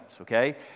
okay